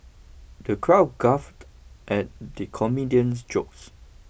the crowd guffawed at the comedian's jokes